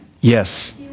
Yes